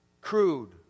crude